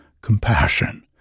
compassion